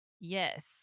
yes